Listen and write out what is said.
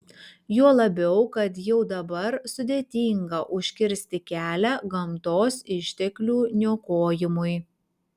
juo labiau kad jau dabar sudėtinga užkirsti kelią gamtos išteklių niokojimui